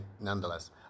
Nonetheless